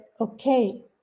okay